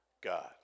God